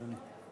אדוני.